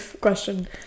question